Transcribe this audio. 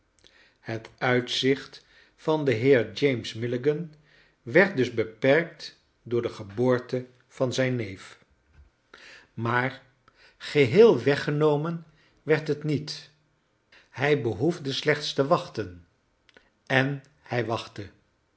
het uitzicht van den heer james milligan werd dus beperkt door de geboorte van zijn neef maar geheel weggenomen werd het niet hij behoefde slechts te wachten en hij wachtte